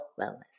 wellness